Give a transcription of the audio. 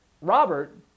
robert